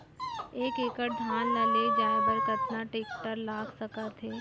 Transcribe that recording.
एक एकड़ धान ल ले जाये बर कतना टेकटर लाग सकत हे?